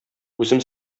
үзем